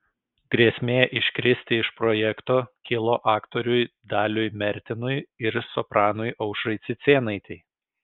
grėsmė iškristi iš projekto kilo aktoriui daliui mertinui ir sopranui aušrai cicėnaitei